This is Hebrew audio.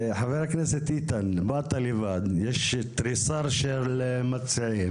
חבר הכנסת איתן, באת לבד, יש תריסר של מציעים,